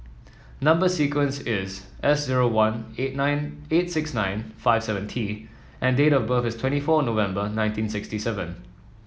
number sequence is S zero one eight nine eight six nine five seven T and date of birth is twenty four November nineteen sixty seven